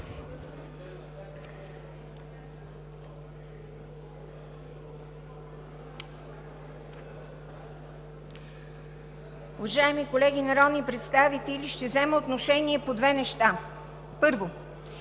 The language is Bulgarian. Уважаеми колеги народни представители! Ще взема отношение по две неща. Първо,